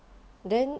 then